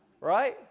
right